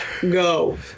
go